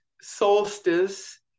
solstice